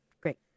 Great